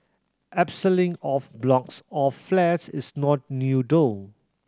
abseiling off blocks of flats is not new though